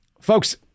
folks